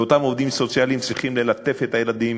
ואותם עובדים סוציאליים צריכים ללטף את הילדים